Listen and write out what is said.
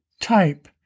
type